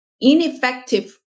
ineffective